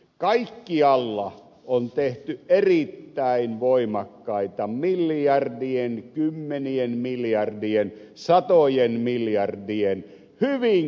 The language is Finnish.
kaikkialla on tehty erittäin voimakkaita miljardien kymmenien miljardien satojen miljardien hyvin krouvia toimenpiteitä